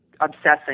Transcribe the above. obsessing